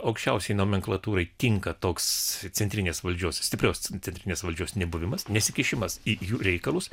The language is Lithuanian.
aukščiausiai nomenklatūrai tinka toks centrinės valdžios stiprios centrinės valdžios nebuvimas nesikišimas į jų reikalus